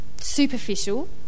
superficial